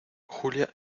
julia